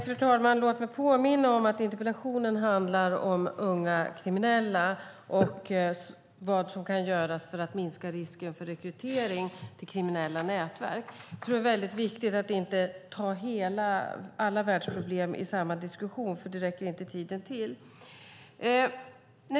Fru talman! Låt mig påminna om att interpellationen handlar om unga kriminella och vad som kan göras för att minska risken för rekrytering till kriminella nätverk. Man kan inte ta alla världsproblem i samma diskussion; då räcker inte tiden till.